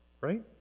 right